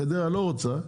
חדרה לא רוצה,